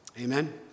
Amen